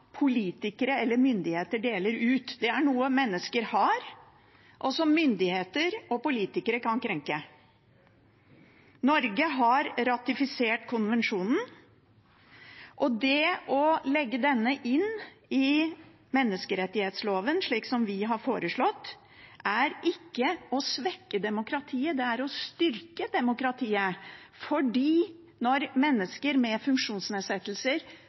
politikere eller myndigheter deler ut. Det er noe mennesker har, og som myndigheter og politikere kan krenke. Norge har ratifisert konvensjonen, og det å legge denne inn i menneskerettsloven, slik som vi har foreslått, er ikke å svekke demokratiet, det er å styrke demokratiet. For når mennesker med funksjonsnedsettelser